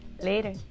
Later